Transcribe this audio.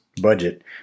budget